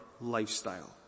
lifestyle